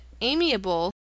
amiable